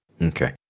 Okay